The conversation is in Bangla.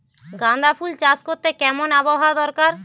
গাঁদাফুল চাষ করতে কেমন আবহাওয়া দরকার?